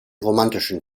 romantischen